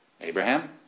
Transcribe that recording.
Abraham